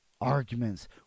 arguments